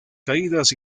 caídas